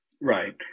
Right